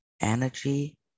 energy